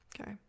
Okay